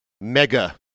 mega